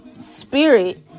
spirit